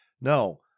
No